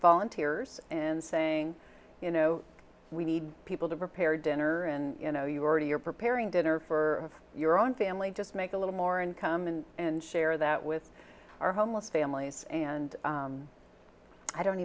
volunteers and saying you know we need people to prepare dinner and you know you're already you're preparing dinner for your own family just make a little more and come in and share that with our homeless families and i don't